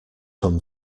come